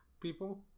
people